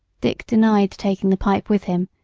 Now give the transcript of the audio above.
dick denied taking the pipe with him,